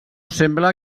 sembla